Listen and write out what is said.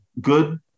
good